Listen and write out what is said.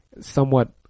somewhat